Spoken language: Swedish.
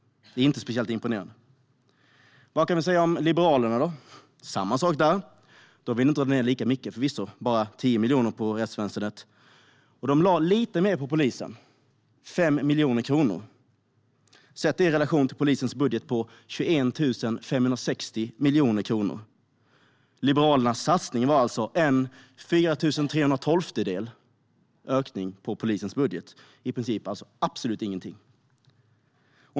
Det är inte speciellt imponerande. Vad kan vi säga om Liberalerna då? Det är samma sak där. De ville förvisso inte dra ned lika mycket - bara 10 miljoner på rättsväsendet. De lade lite mer på polisen: 5 miljoner kronor. Sätter man det i relation till po-lisens budget på 21 560 miljoner kronor framgår det att Liberalernas satsning var en ökning med 1/4312 av polisens budget. I princip var det alltså absolut ingenting.